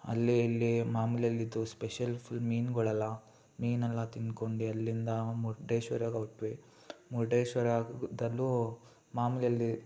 ಅಲ್ಲಿ ಇಲ್ಲಿ ಮಾಮೂಲಿ ಅಲ್ಲಿದ್ದು ಸ್ಪೆಷಲ್ ಫುಲ್ ಮೀನುಗಳೆಲ್ಲ ಮೀನೆಲ್ಲ ತಿಂದ್ಕೊಂಡು ಅಲ್ಲಿಂದ ಮುರುಡೇಶ್ವರಕ್ಕೆ ಹೊರಟ್ವಿ ಮುರುಡೇಶ್ವರದಲ್ಲೂ ಮಾಮೂಲಿ ಅಲ್ಲಿ